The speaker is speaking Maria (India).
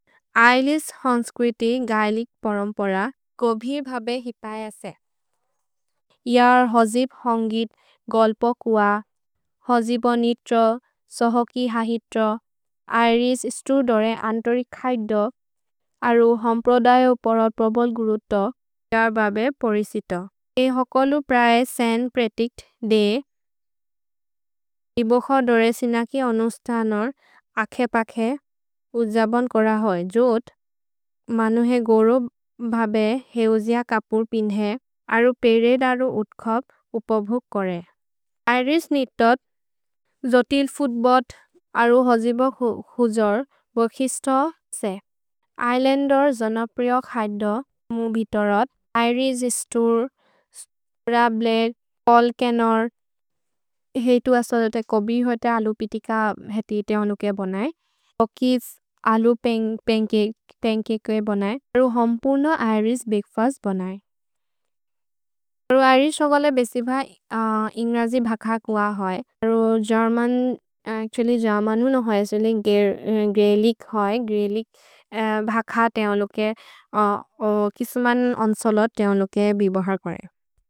ऐलिस् हन्स्क्विति गैलिक् परम्पर कोभि भबे हि पयसे। इअर् होजिब् होन्गित् गोल्पो कुव, होजिबोनित्रो, सोहोकि हहित्रो, ऐलिस् स्तु दोरे अन्तोरि खैदो अरु हम्प्रोदयो पर प्रोबोल् गुरुतो इअर् बबे पोरिसितो। ए हकोलु प्रए सन् प्रेतिक्त् दे, इबोखो दोरेसिनकि अनुस्तनोर् अखे पखे उज्जबोन् कोर होजोत् मनुहे गोरोब् भबे हेउजिअ कपुर् पिन्धे अरु पेरेद् अरु उत्खोब् उपभुक् कोरे। ऐलिस् नितोत् जोतिल् फुत्बोत् अरु होजिबोक् हुजोर् बोखिस्तो से, ऐलन्दोर् जनप्रियो खैदो मुबितोरत्, ऐलिस् स्तु, स्तु रब्लेर्, कोल् केनोर्, हेइतु असदोते कोभि होते अलु पितिक हेति इते अनुके बनए, सोकिस् अलु पेन्केकुए बनए, अरु हम्पुर्नो ऐलिस् बेग्फस् बनए। अरु ऐलिस् होगोले बेसिभ इन्ग्रजि भख कुअ होज्, अरु गेर्मनु न होजेसेले ग्रेलिक् होज्, ग्रेलिक् भख ते अनुके, किसुमन् अन्सोलत् ते अनुके बिबोहर् कोरे।